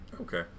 Okay